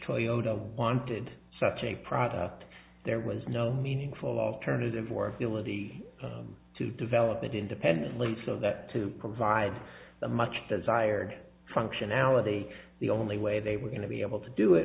toyota wanted such a product there was no meaningful alternative or ability to develop it independently so that to provide the much desired functionality the only way they were going to be able to do it